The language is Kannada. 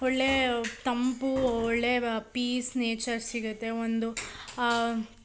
ಒಳ್ಳೆಯ ತಂಪು ಒಳ್ಳೆಯ ಪೀಸ್ ನೇಚರ್ ಸಿಗುತ್ತೆ ಒಂದು